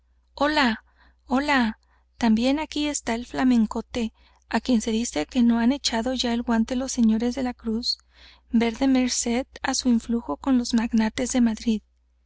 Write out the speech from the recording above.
hola hola también está aquí el flamencote á quien se dice que no han echado ya el guante los señores de la cruz verde merced á su influjo con los maguates de madrid